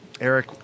Eric